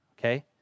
okay